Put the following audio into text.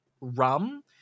rum